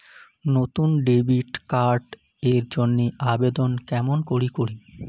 নতুন debit card এর জন্যে আবেদন কেমন করি করিম?